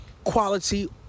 quality